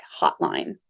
hotline